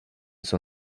son